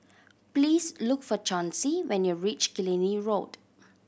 please look for Chauncy when you reach Killiney Road